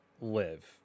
live